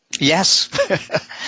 Yes